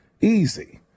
Easy